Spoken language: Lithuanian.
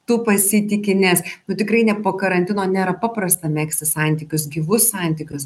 tu pasitiki nes tu tikrai ne po karantino nėra paprasta megzti santykius gyvus santykius